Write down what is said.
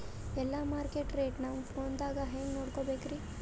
ಎಲ್ಲಾ market rate ನಮ್ ಫೋನದಾಗ ಹೆಂಗ ನೋಡಕೋಬೇಕ್ರಿ?